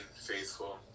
faithful